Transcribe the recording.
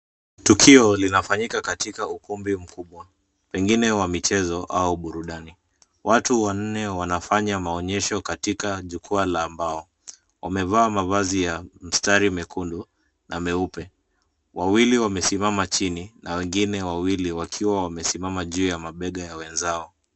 Tukio linafanyika katika ukumbi mkubwa pengine wa michezo au burudani. Watu wanne wanafanya maonyesho katika jukwaa la mbao. Wamevaa mavazi mistari mekundu na meupe. Wawili wamesimama chini na wengine wawili wakiwa wamesimama juu ya mabega ya wenzao.